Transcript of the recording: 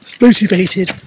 motivated